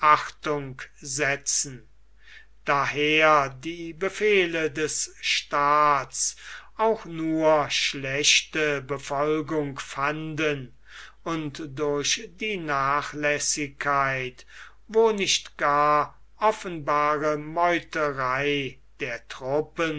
setzen daher die befehle des staats auch nur schlechte befolgung fanden und durch die nachlässigkeit wo nicht gar offenbare meuterei der truppen